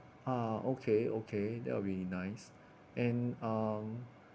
ah okay okay that will be nice and um